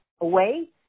Away